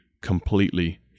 completely